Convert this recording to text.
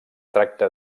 tracta